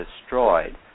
destroyed